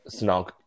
snog